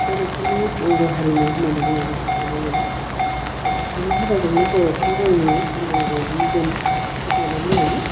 बर'फोरनि आंगो हारिमु होननानै बुङोब्ला दानाय लुनाय बे आखाइनि हाबाजोंनो बर'फ्रा गावनि गाननांगौ जि जोमखौ दानानै लायो